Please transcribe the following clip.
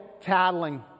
tattling